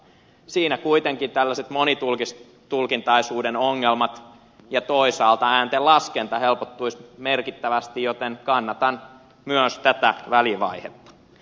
siinä kuitenkin tällaiset monitulkintaisuuden ongelmat ja toisaalta ääntenlaskenta helpottuisivat merkittävästi joten kannatan myös tätä välivaihetta